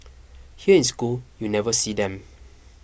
here in school you never see them